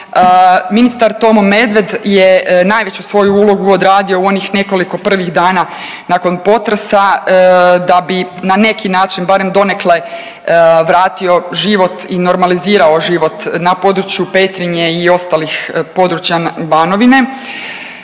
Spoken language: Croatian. Ministar Tomo Medved je najveću svoju ulogu odradio u onih nekoliko prvih dana nakon potresa da bi na neki način barem donekle vratio život i normalizirao život na području Petrinje i ostalih područja Banovine.